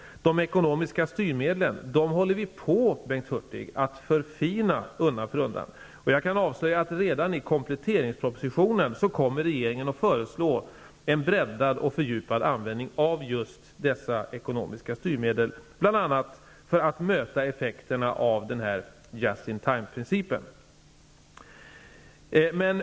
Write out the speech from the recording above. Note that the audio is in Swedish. De ekonomiska styrmedlen håller vi på med att förfina undan för undan. Jag kan avslöja att regeringen redan i kompletteringspropositionen kommer att föreslå en breddad och födjupad användning av just dessa ekonomiska styrmedel, bl.a. för att möta effekterna av just-in-timeprincipen.